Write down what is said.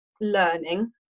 learning